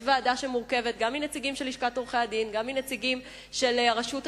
יש ועדה שמורכבת גם מנציגים של לשכת עורכי-הדין,